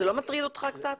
זה לא מטריד אותך קצת?